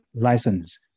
license